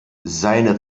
seine